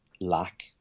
lack